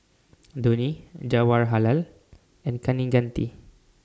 Dhoni Jawaharlal and Kaneganti